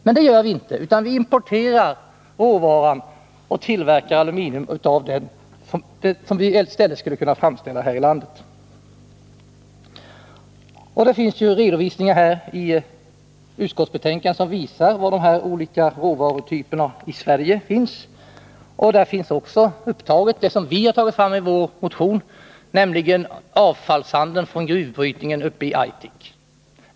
Men vi använder dem inte, utan vi importerar råvaran och tillverkar aluminium av den, trots att vi i stället skulle kunna använda råvaror som finns här i landet. IT utskottsbetänkandet redovisas var de olika råvarutyperna finns i Sverige. Där finns också det med som vi har tagit upp i vår motion, nämligen handeln med avfall från gruvbrytningen i Aitik.